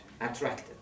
attracted